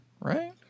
right